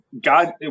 God